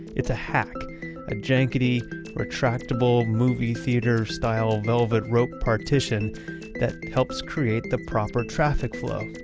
it's a hack a jankity retractable movie theater-style velvet rope partition that helps create the proper traffic flow.